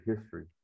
history